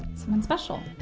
someone special.